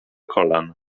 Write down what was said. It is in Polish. kolan